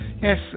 Yes